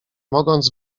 mogąc